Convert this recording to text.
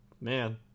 Man